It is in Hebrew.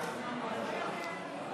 סעיפים 1 3 נתקבלו.